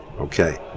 okay